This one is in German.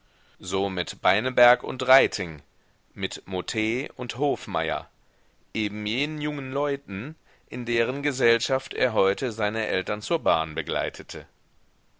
so mit beineberg und reiting mit mot und hofmeier eben jenen jungen leuten in deren gesellschaft er heute seine eltern zur bahn begleitete